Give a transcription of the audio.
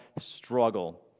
struggle